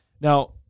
Now